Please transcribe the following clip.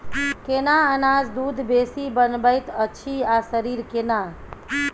केना अनाज दूध बेसी बनबैत अछि आ शरीर केना?